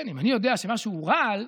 אם אני יודע שמשהו הוא רעל,